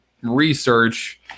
research